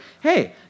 hey